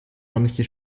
manche